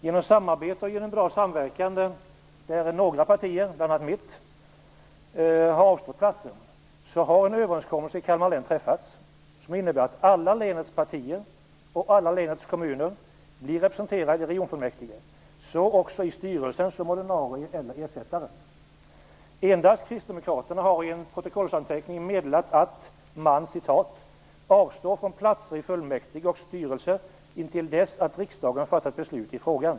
Genom samarbete och en bra samverkan, där några partier, bl.a. mitt, har avstått platser, har en överenskommelse träffats som innebär att alla Kalmar läns partier och kommuner blir representerade i regionfullmäktige, och även i styrelsen som ordinarie eller ersättare. Endast Kristdemokraterna har i en protokollsanteckning meddelat att man "avstår från platser i fullmäktige och styrelse intill dess att riksdagen fattat beslut i frågan".